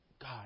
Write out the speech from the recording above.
God